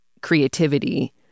creativity